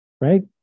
right